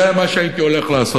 זה מה שהייתי הולך לעשות.